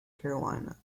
carolina